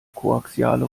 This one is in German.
koaxiale